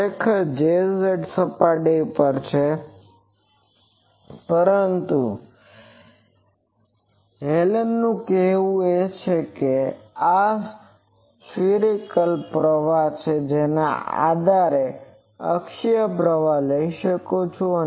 ખરેખર Jz અહીં સપાટી પર છે પરંતુ હેલેનનું કહેવું છે કે આ સર્કમ્ફરન્સિઅલ પ્રવાહ જેને હું આખરે સમાન અક્ષીય પ્રવાહ લઈ શકું છું